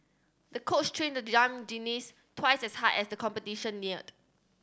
the coach trained the young twice as hard as the competition neared